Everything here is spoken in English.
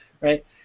right